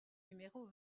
numéro